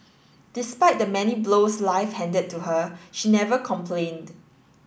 despite the many blows life handed to her she never complained